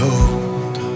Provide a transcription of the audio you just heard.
Hold